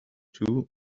too